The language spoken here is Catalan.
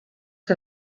que